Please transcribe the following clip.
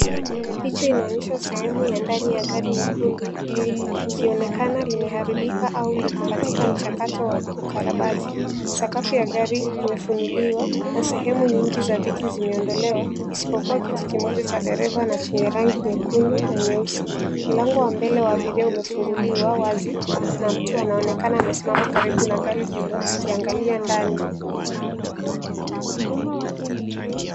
Picha inaonyesha sehemu ya ndani ya gari nyekundu likionekana limearibika au liko katika mchakato wa ukarabati. Sakafu ya gari imefunuliwa na sehemu nyingi za viti zimeondolewa isipokuwa kiti kimoja cha dereva chenye rangi nyekundu na nyeusi. Mlango wa mbele wa abiria umefunguliwa wazi na mtu anaonekana amesimama karibu na gari hilo akiangalia ndani.